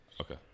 okay